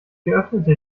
geöffnete